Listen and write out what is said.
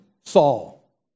Saul